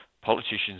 politicians